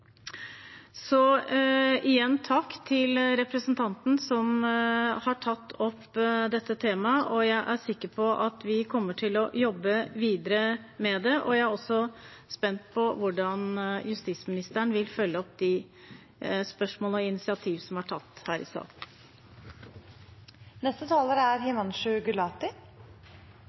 Igjen takk til representanten som har tatt opp dette temaet. Jeg er sikker på at vi kommer til å jobbe videre med det, og jeg er spent på hvordan justisministeren vil følge opp spørsmål og initiativ som er tatt her i salen.